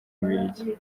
bubiligi